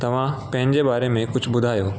तव्हां पंहिंजे बारे में कुझु ॿुधायो